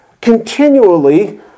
continually